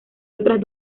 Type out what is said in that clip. otras